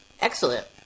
excellent